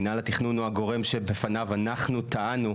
מינהל התכנון הוא הגורם שבפניו אנחנו טענו,